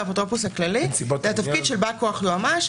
זה התפקיד של בא-כוח היועמ"ש,